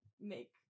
make